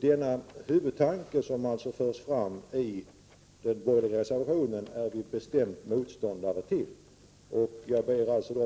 Den huvudtanke som förs fram i den borgerliga reservationen är vi alltså bestämda motståndare till.